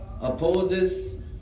Opposes